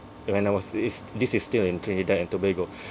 when I was it's this is still in Trinidad and Tobago